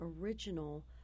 original